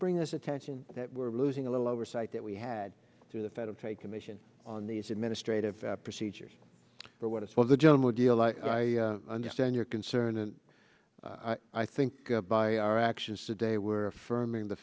bring us attention that we're losing a little oversight that we had through the federal trade commission on these administrative procedures for what is for the general deal i understand your concern and i think by our actions today we're affirming the